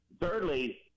Thirdly